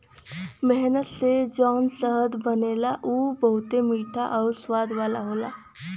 मेहनत से जौन शहद बनला उ बहुते मीठा आउर स्वाद वाला होला